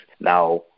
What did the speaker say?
Now